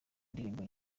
n’indirimbo